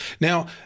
Now